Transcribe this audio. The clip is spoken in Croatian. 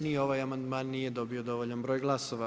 Ni ovaj amandman nije dobio dovoljan broj glasova.